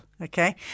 okay